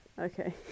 Okay